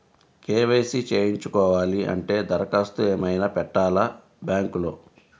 KYC చేయించుకోవాలి అంటే దరఖాస్తు ఏమయినా పెట్టాలా బ్యాంకులో?